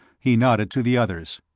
he nodded to the others.